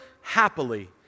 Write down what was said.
happily